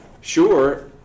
sure